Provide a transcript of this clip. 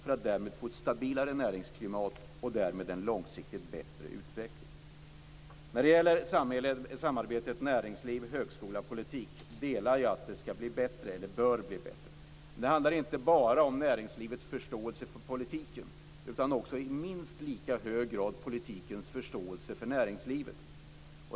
Då får vi ett stabilare näringsklimat och en långsiktigt bättre utveckling. Jag delar uppfattningen att samarbetet mellan näringsliv, högskola och politik bör bli bättre. Men det handlar inte bara om näringslivets förståelse för politiken utan också i minst lika hög grad om politikens förståelse för näringslivet.